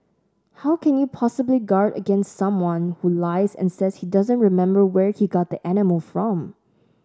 how can you possibly guard against someone who lies and says he doesn't remember where he got the animal from